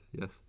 yes